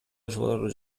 ошолор